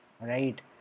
Right